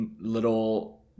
little